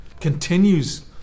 continues